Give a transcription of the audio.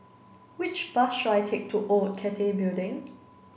which bus should I take to Old Cathay Building